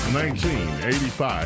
1985